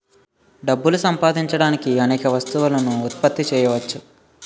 డబ్బులు సంపాదించడానికి అనేక వస్తువులను ఉత్పత్తి చేయవచ్చు